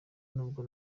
nubwo